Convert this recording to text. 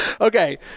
Okay